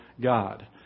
God